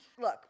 Look